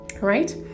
right